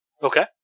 Okay